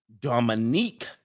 Dominique